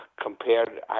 compared